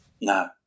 No